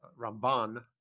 Ramban